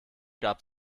gab